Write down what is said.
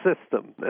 system